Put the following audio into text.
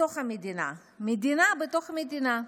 בתוך המדינה; מדינה בתוך מדינה.